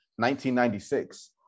1996